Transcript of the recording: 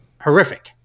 horrific